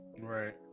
Right